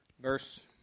Verse